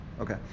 Okay